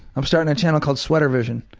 i'm starting a channel called sweater vision.